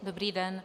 Dobrý den.